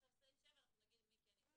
ועכשיו בסעיף 7 נגיד מי כן.